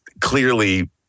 clearly